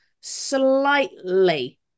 slightly